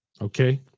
okay